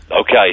Okay